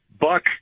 Buck